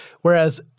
Whereas